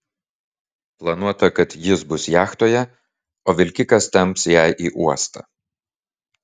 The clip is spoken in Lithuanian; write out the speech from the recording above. planuota kad jis bus jachtoje o vilkikas temps ją į uostą